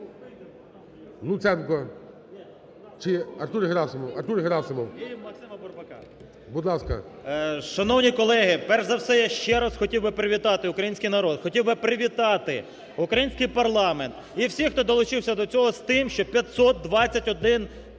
Луценко … Чи Артур Герасимов? Артур Герасимов, будь ласка. 14:00:26 ГЕРАСИМОВ А.В. Шановні колеги, перш за все, я ще раз хотів би привітати український народ, хотів би привітати український парламент і всіх, хто долучився до цього, що 521 євродепутат